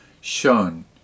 shown